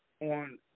on